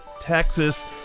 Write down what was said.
Texas